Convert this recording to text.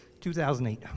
2008